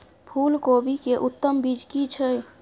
फूलकोबी के उत्तम बीज की छै?